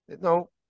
No